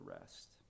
rest